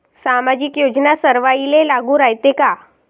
सामाजिक योजना सर्वाईले लागू रायते काय?